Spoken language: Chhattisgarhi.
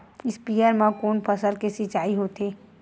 स्पीयर म कोन फसल के सिंचाई होथे?